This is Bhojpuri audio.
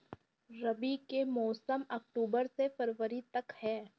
रबी के मौसम अक्टूबर से फ़रवरी तक ह